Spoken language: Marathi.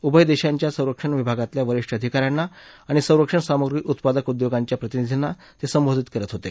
उभय देशांच्या संरक्षण विभागातल्या वरिष्ठ अधिकाऱ्यांना आणि संरक्षण सामुग्री उत्पादक उद्योगांच्या प्रतिनिधींना ते संबोधित करत होते